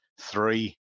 three